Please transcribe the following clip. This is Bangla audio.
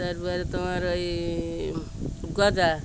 তারপরে তোমার এই গজা